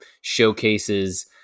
showcases